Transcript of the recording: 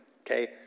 Okay